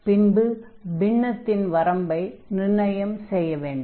பின்பு பின்னத்தின் வரம்பை நிர்ணயம் செய்ய வேண்டும்